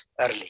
early